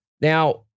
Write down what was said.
Now